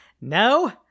No